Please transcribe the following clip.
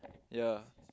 ya